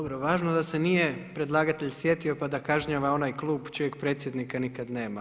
Dobro, važno da se nije predlagatelj sjetio pa da kažnjava onaj klub čijeg predsjednika nikad nema.